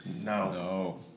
No